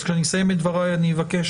אז כשאני אסיים את דבריי, אני אבקש